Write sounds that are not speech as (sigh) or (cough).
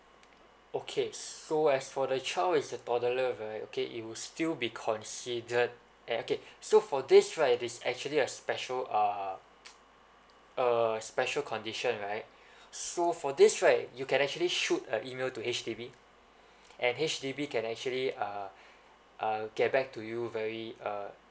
okay so as for the child is a toddler right okay it will still be considered uh okay so for this right there's actually a special um (noise) uh special condition right so for this right you can actually shoot a email to H_D_B and H_D_B can actually uh uh get back to you very uh